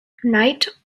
knight